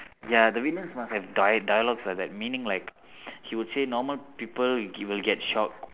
ya the villains must have dia~ dialogues like that meaning like he would say normal people will will get shocked